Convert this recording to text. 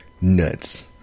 nuts